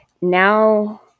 now